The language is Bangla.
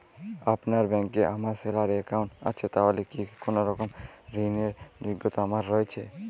আপনার ব্যাংকে আমার স্যালারি অ্যাকাউন্ট আছে তাহলে কি কোনরকম ঋণ র যোগ্যতা আমার রয়েছে?